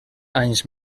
anys